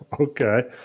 Okay